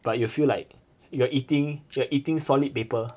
but you'll feel like you're eating you're eating solid paper